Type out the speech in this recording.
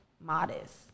modest